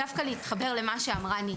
לא, דווקא למה שאמרה נירית,